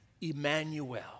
Emmanuel